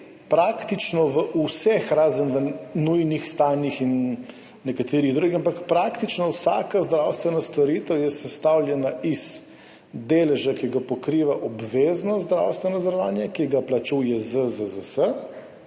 praktično v vseh, razen v nujnih stanjih in nekaterih drugih, ampak praktično vsaka zdravstvena storitev je sestavljena iz deleža, ki ga pokriva obvezno zdravstveno zavarovanje, ki ga plačuje ZZZS